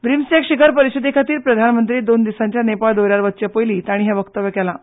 ब्रिंमस्टॅक शिखर परिशदे खातीर प्रधानमंत्री दोन दिसांच्या नेपाळ भोंवडेर वचचे पयलीं तांणी हे उलोवप केलें